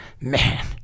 man